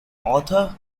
author